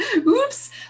Oops